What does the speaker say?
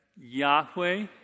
Yahweh